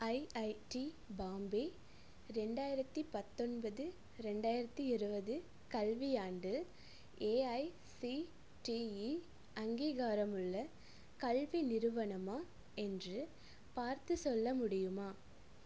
IIT Bombay ரெண்டாயிரத்தி பத்தொன்பது ரெண்டாயிரத்தி இருபது கல்வியாண்டு ஏஐசிடிஇ அங்கீகாரமுள்ள கல்வி நிறுவனமா என்று பார்த்து சொல்ல முடியுமா